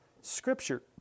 Scripture